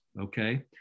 okay